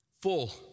Full